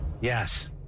Yes